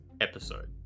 episode